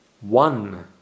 one